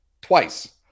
Twice